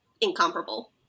incomparable